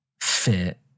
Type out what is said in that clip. fit